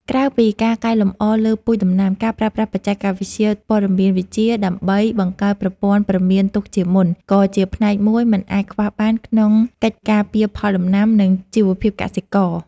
ក្រៅពីការកែលម្អលើពូជដំណាំ ការប្រើប្រាស់បច្ចេកវិទ្យាព័ត៌មានវិទ្យាដើម្បីបង្កើតប្រព័ន្ធព្រមានទុកជាមុន ក៏ជាផ្នែកមួយមិនអាចខ្វះបានក្នុងកិច្ចការពារផលដំណាំ និងជីវភាពកសិករ។